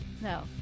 No